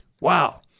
Wow